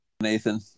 Nathan